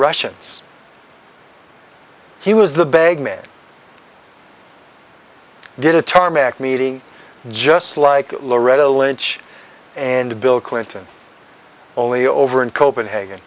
russians he was the bag man get a tarmac meeting just like loretta lynch and bill clinton only over in copenhagen